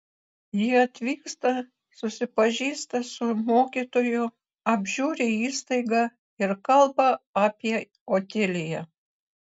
ji atvyksta susipažįsta su mokytoju apžiūri įstaigą ir kalba apie otiliją